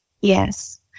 Yes